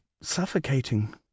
suffocating